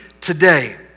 today